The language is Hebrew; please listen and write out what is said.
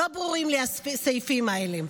לא ברורים לי הסעיפים האלה.